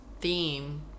theme